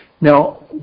Now